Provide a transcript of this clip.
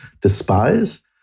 despise